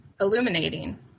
illuminating